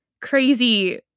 crazy